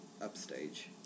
upstage